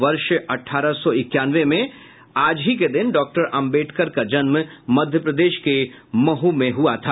वर्ष अठारह सौ इक्यानवे में इसी दिन डॉक्टर आम्बेडकर का जन्म मध्य प्रदेश के महू में हुआ था